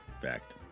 Fact